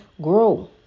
grow